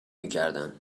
میکردن